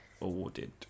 awarded